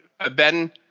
Ben